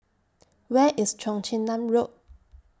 Where IS Cheong Chin Nam Road